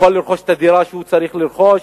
יוכל לרכוש את הדירה שהוא צריך לרכוש,